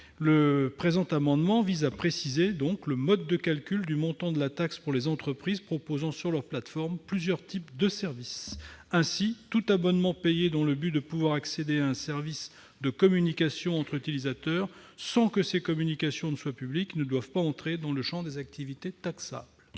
Cet amendement vise donc à préciser le mode de calcul du montant de la taxe pour les entreprises proposant sur leur plateforme plusieurs types de services. Ainsi, tout abonnement payé dans le but de pouvoir accéder à un service de communication entre utilisateurs, sans que ses communications soient publiques, ne doit pas entrer dans le champ des activités taxables.